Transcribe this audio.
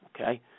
okay